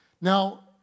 Now